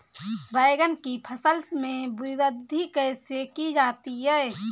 बैंगन की फसल में वृद्धि कैसे की जाती है?